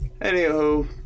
Anywho